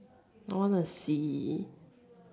I wanna see